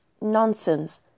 nonsense